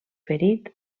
ferit